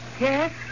Yes